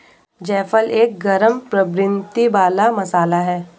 जायफल एक गरम प्रवृत्ति वाला मसाला है